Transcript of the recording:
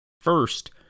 first